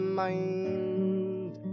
mind